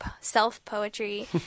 self-poetry